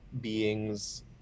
beings